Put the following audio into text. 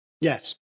Yes